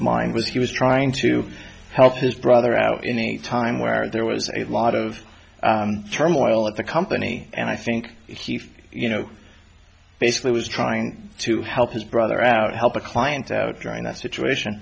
mind was he was trying to help his brother out in a time where there was a lot of turmoil at the company and i think he felt you know basically was trying to help his brother out help a client out during that situation